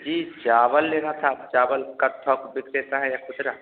जी चावल लेना था चावल का थोक विक्रेता है यह पूछ रहे